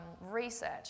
research